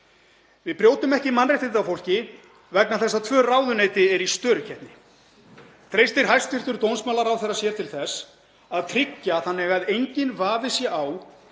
Við brjótum ekki mannréttindi á fólki vegna þess að tvö ráðuneyti eru í störukeppni. Treystir hæstv. dómsmálaráðherra sér til þess að tryggja það að enginn vafi sé á